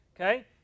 okay